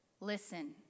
Listen